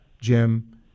Jim